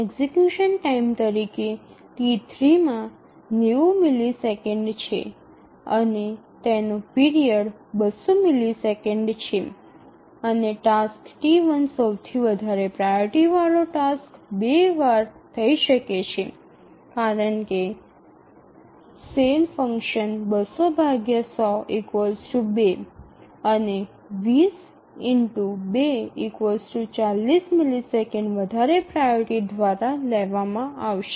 execution time તરીકે T3 માં ૯0 millisecond છે અને તેનો પીરિયડ ૨00 મિલિસેકન્ડ છે અને ટાસ્ક T1 સૌથી વધારે પ્રાઓરિટી વાળો ટાસ્ક બે વાર થઈ શકે છે કારણ કે ⌈⌉ ૨ અને ૨0 ∗ ૨ ૪0 મિલિસેકન્ડ વધારે પ્રાઓરિટી ટાસ્ક દ્વારા લેવામાં આવશે